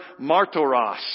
martoros